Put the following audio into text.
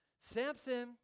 Samson